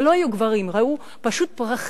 אלה לא היו גברים, ראו פשוט פרחים,